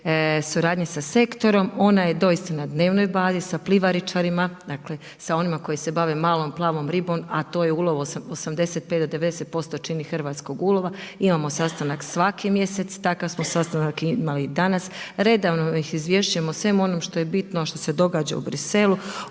suradnje sa sektorom, ona je doista na dnevnoj bazi, sa plivaračima, dakle sa onima koji se bave malom plavom ribom, a to je ulov 85 do 90% čini hrvatskog ulova, imamo sastanak svaki mjesec, takav smo sastanak imali i danas. Redovno ih izvješćujemo o svemu onom što je bitno a što se događa u Briselu,